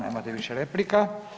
Nemate više replika.